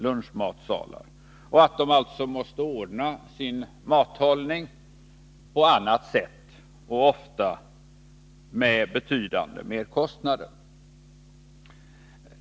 lunchmatsalar och att de alltså måste ordna sin mathållning på annat sätt och ofta med betydande merkostnader.